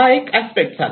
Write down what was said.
हा एक अस्पेक्ट झाला